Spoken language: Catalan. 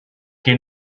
qui